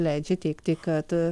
leidžia teigti kad